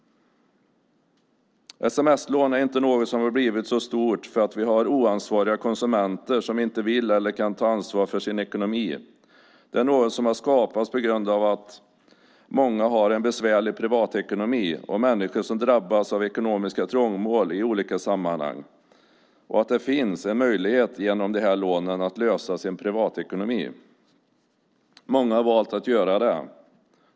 Sms-lån är inte något som har blivit så stort för att vi har oansvariga konsumenter som inte vill eller kan ta ansvar för sin ekonomi. Det är något som har skapats på grund av att många har en besvärlig privatekonomi, att människor drabbas av ekonomiska trångmål i olika sammanhang och att det finns en möjlighet att genom de här lånen lösa sin privatekonomi. Många har valt att göra det.